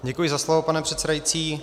Děkuji za slovo, pane předsedající.